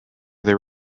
their